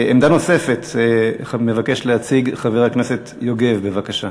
עמדה נוספת מבקש להציג חבר הכנסת יוגב, בבקשה.